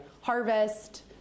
harvest